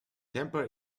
temper